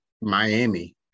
Miami